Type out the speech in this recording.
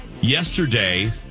yesterday